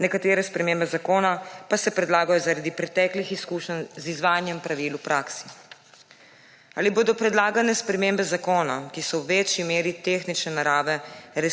nekatere spremembe zakona pa se predlagajo zaradi preteklih izkušenj z izvajanjem pravil v praksi. Ali bodo predlagane spremembe zakona, ki so v večji meri tehnične narave,